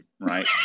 right